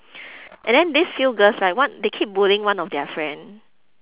and then these few girls right one they keep bullying one of their friend